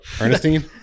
Ernestine